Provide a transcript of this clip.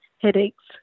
headaches